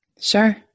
sure